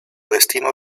destino